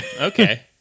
okay